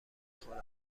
خورد